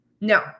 No